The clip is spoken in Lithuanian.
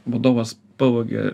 vadovas pavogė